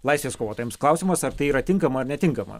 laisvės kovotojams klausimas ar tai yra tinkama ar netinkama